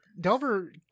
Delver